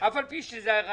כי בישראל צריך יותר.